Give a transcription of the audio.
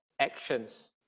Actions